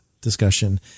discussion